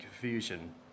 confusion